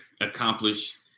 accomplish